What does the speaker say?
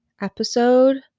episode